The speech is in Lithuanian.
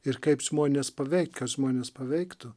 ir kaip žmonės paveikia žmones paveiktų